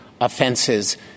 offenses